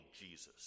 Jesus